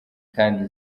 kandi